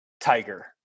Tiger